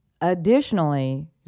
Additionally